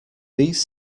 these